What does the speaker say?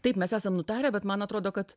taip mes esam nutarę bet man atrodo kad